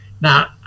Now